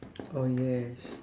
oh yes